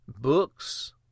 Books